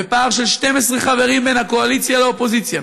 בפער של 12 חברים בין הקואליציה לאופוזיציה,